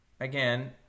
again